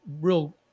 real